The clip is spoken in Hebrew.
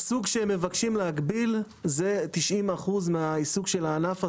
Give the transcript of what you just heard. הסוג שהם מבקשים להגביל זה 90% מהעיסוק של הענף הזה.